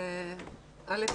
א',